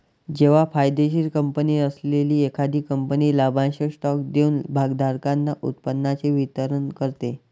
जेव्हा फायदेशीर कंपनी असलेली एखादी कंपनी लाभांश स्टॉक देऊन भागधारकांना उत्पन्नाचे वितरण करते